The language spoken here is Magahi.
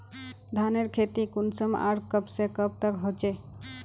धानेर खेती कुंसम आर कब से कब तक होचे?